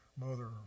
mother